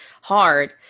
Hard